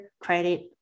credit